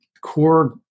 core